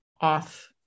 off